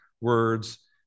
words